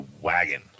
wagon